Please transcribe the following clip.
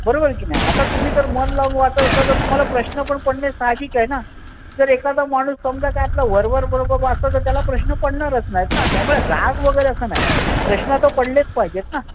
बरोबर की नाही आता तुम्ही जर मन लावून वाचत असाल तर तुम्हाला प्रश्न पण पडणे साहाजिक आहे ना जर एखादा माणूस समजा काय आपला वरवर वरवर वाचतो तर त्याला प्रश्न पडणारचं नाहीत ना त्यामुळे राग वगैरे असा नाही प्रश्न तर पडलेचं पाहिजेत ना